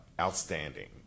outstanding